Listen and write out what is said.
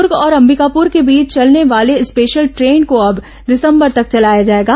दुर्ग और अंबिकापुर के बीच चलने वाले स्पेशल ट्रेन को अब दिसंबर तक चलाया जाएगा